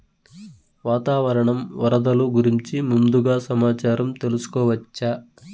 వాతావరణం వరదలు గురించి ముందుగా సమాచారం తెలుసుకోవచ్చా?